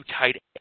tight